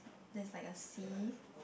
there's like a sea